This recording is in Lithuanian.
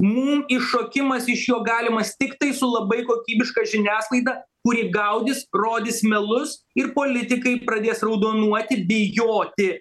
mum iššokimas iš jo galimas tiktai su labai kokybiška žiniasklaida kuri gaudys rodys melus ir politikai pradės raudonuoti bijoti